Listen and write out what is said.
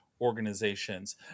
organizations